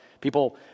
People